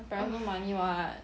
parent no money [what]